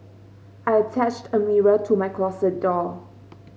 I attached a mirror to my closet door